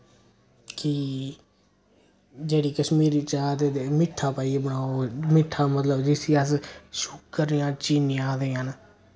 की जेह्ड़ी कश्मीरी चा ते एह्दे मिट्ठा पाइयै बनाओ मिट्ठा मतलंब जिसी अस शुगर जां चीनी आखदे न